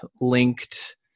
linked